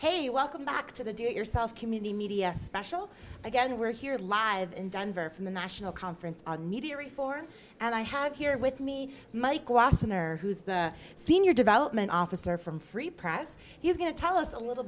hey welcome back to the do it yourself community media special again we're here live in denver from the national conference on media reform and i have here with me mike watson or who's the senior development officer from free press he's going to tell us a little